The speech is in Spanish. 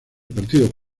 partido